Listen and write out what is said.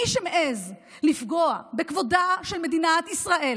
מי שמעז לפגוע בכבודה של מדינת ישראל